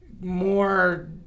more